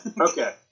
Okay